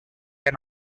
can